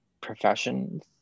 professions